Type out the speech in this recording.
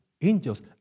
Angels